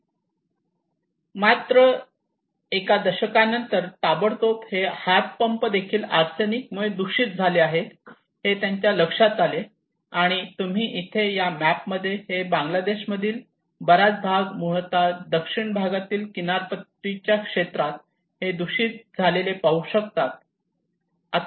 मात्र एका दशकानंतर ताबडतोब हे हातपंप देखील आर्सेनिक मुळे दूषित झाले आहेत हे त्यांच्या लक्षात आले आणि तुम्ही इथे या मॅप मध्ये हे बांगला देशांमधील बराच भाग मुळतः दक्षिण भागातील किनारपट्टीच्या क्षेत्रात हे दूषित झालेले पाहू शकतात